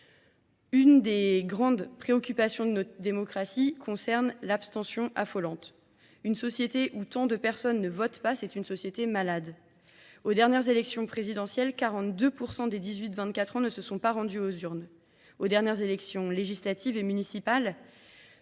Une des grandes préoccupations de notre démocratie concerne l'abstention affolante. Une société où tant de personnes ne votent pas, c'est une société malade. Aux dernières élections présidentielles, 42% des 18-24 ans ne se sont pas rendus aux urnes. Aux dernières élections législatives et municipales,